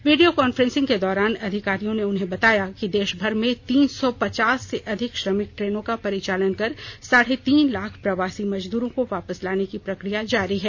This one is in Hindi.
वीडियो कॉन्फ्रेनसिंग के दौरान अधिकारियों ने उन्हें बताया कि देषभर में तीन सौ पचास से अधिक श्रमिक ट्रेनों का परिचालन कर साढ़े तीन लाख प्रवासी मजदूरों को वापस लाने की प्रक्रिया जारी है